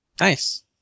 Nice